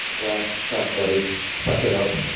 well, tough, buddy. suck it up.